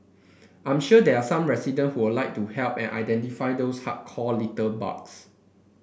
I'm sure there are some resident who would like to help identify those hardcore litterbugs